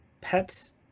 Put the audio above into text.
pets